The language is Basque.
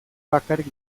bakarrik